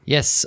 Yes